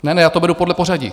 Ne, já to beru podle pořadí.